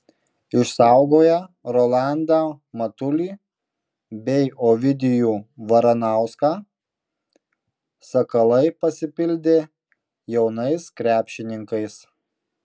išsaugoję rolandą matulį bei ovidijų varanauską sakalai pasipildė jaunais krepšininkais